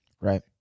Right